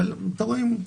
אבל אתם רואים,